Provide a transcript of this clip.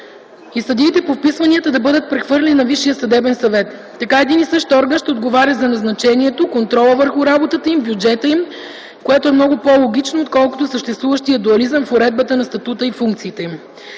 и съдиите по вписванията да бъдат прехвърлени на Висшия съдебен съвет. Така един и същи орган ще отговаря за назначаването, контрола върху работата им, бюджета им, което е много по-логично, отколкото съществуващия дуализъм в уредбата на статута и функциите им.